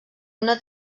una